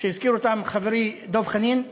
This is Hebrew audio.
שהזכיר אותם חברי דב חנין,